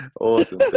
Awesome